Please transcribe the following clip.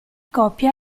coppia